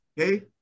Okay